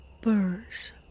birds